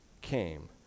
came